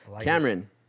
Cameron